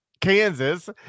Kansas